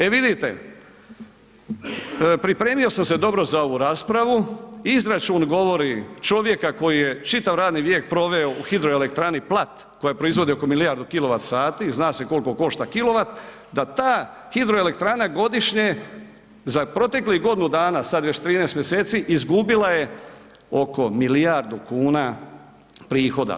E vidite, pripremio sam se dobro za ovu raspravu, izračun govori čovjeka koji je čitav radni vijek proveo u HE Plat koja proizvodi oko milijardu kilovat sati, zna se koliko košta kilovat, da ta hidroelektrana godišnje za proteklih godinu dana, sad je već 13 mj., izgubila je oko milijardu kuna prihoda.